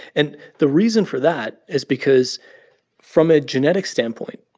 and the reason for that is because from a genetic standpoint,